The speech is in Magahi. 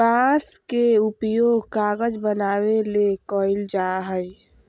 बांस के उपयोग कागज बनावे ले कइल जाय हइ